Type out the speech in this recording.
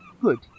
good